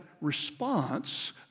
response